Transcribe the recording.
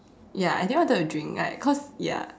ya I didn't wanted to drink like cause ya